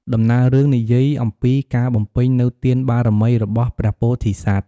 ដំណើររឿងនិយាយអំពីការបំពេញនូវ ទានបារមី របស់ព្រះពោធិសត្វ។